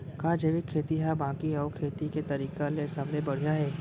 का जैविक खेती हा बाकी अऊ खेती के तरीका ले सबले बढ़िया हे?